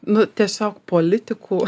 nu tiesiog politikų